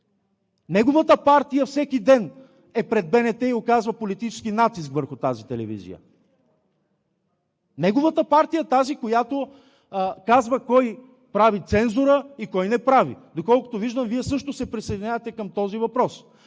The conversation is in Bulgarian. Неговата партия всеки ден е пред БНТ и оказва политически натиск върху тази телевизия! Неговата партия е тази, която казва кой прави цензура и кой не прави! Доколкото виждам, Вие също се присъединявате към този въпрос.